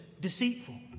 deceitful